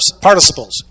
participles